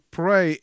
pray